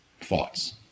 thoughts